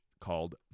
called